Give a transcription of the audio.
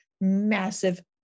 massive